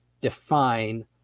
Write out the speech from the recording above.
define